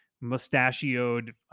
mustachioed